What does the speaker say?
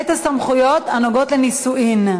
את הסמכויות הנוגעות לנישואין.